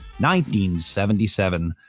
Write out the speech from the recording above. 1977